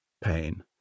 pain